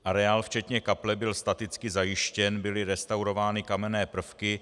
Areál včetně kaple byl staticky zajištěn, byly restaurovány kamenné prvky.